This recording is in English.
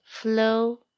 flow